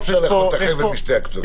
אי אפשר לאחוז את החבל משני הקצוות.